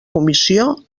comissió